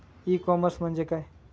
E commerce म्हणजे काय?